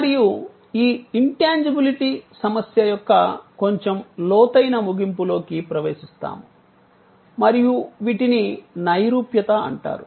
మేము ఈ ఇంటాన్జబులిటి సమస్య యొక్క కొంచెం లోతైన ముగింపులోకి ప్రవేశిస్తాము మరియు వీటిని నైరూప్యత అంటారు